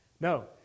No